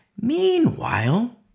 Meanwhile